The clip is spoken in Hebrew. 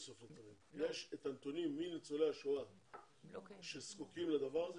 יש את הנתונים ויודעים מי הם ניצולי השואה שזקוקים לזה.